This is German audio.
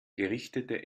gerichtete